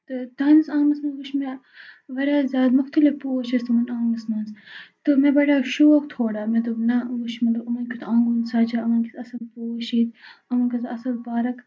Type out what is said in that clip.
تہٕ تہَنٛدِس آنٛگنَس منٛز وٕچھ مےٚ واریاہ زیادٕ مختلف پوش ٲسۍ تِمَن آنٛگنَس منٛز تہٕ مےٚ بَڑیو شوق تھوڑا مےٚ دوٚپ نہ وٕچھ مطلب یِمَن کیُتھ آنٛگُن سجان یِمَن چھِ اَصٕل پوش ییٚتہِ یِمَن کۭژاہ اَصٕل پارک